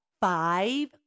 five